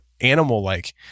animal-like